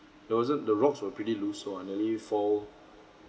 it wasn't the rocks were pretty loose so I nearly fall